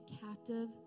captive